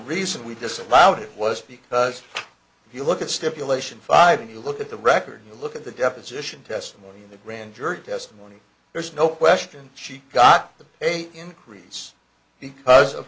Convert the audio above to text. reason we disallow it was because you look at stipulation five and you look at the record you look at the deposition testimony in the grand jury testimony there's no question she got the increase because of